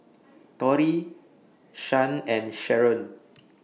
Torie Shan and Sheron